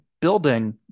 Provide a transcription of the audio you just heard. building